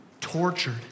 tortured